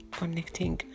connecting